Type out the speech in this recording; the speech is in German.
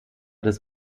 des